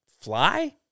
fly